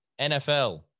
NFL